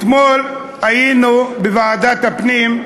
אתמול היינו, בוועדת הפנים,